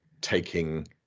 taking